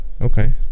okay